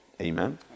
Amen